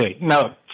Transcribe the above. No